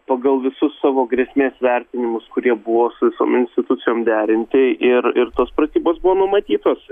pagal visus savo grėsmės vertinimus kurie buvo su visom institucijom derinti ir ir tos pratybos buvo numatytos